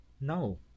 No